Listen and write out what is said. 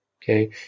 Okay